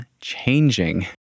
changing